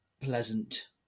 pleasant